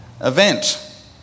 event